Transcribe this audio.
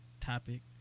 topic